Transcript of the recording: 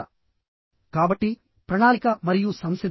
కాబట్టిప్రణాళిక మరియు సంసిద్ధత